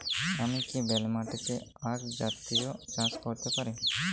আমি কি বেলে মাটিতে আক জাতীয় চাষ করতে পারি?